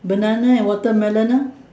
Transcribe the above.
banana and watermelon ah